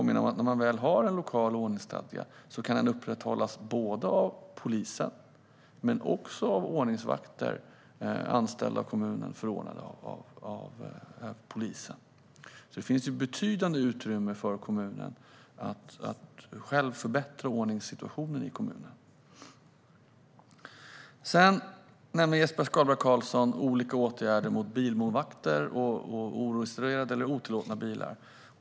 När man väl har en lokal ordningsstadga kan den upprätthållas av polis men också av ordningsvakter anställda av kommunen och förordnade av polisen. Det finns alltså betydande utrymme för kommuner att själva förbättra ordningssituationen. Jesper Skalberg Karlsson nämner olika åtgärder mot bilmålvakter och oregistrerade eller otillåtna bilar.